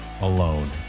alone